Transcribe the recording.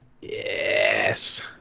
Yes